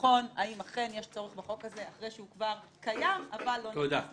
לבחון האם אכן יש צורך בחוק הזה אחרי שהוא כבר קיים אבל לא נכנס לתוקף.